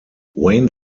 wayne